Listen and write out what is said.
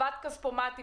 כספומט.